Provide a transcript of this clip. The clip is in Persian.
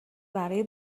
برای